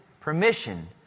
permission